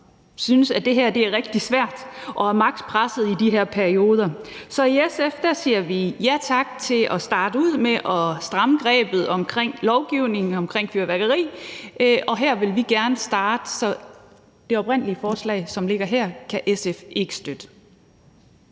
synes, at det her er rigtig svært og er maks. presset i de her perioder. Så i SF siger vi ja tak til at starte ud med at stramme grebet omkring lovgivningen omkring fyrværkeri, og her vil vi gerne starte. Så det forslag, der ligger her, kan SF ikke støtte.